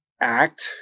act